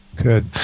Good